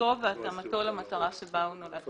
יציבותו והתאמתו למטרה שלה הוא נועד".